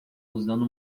usando